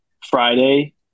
Friday